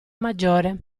maggiore